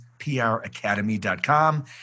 pracademy.com